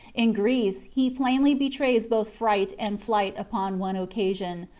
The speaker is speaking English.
in greece he plainly betrays both fright and flight upon one occasion,